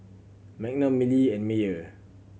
Magnum Mili and Mayer